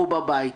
הוא בבית.